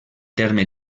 terme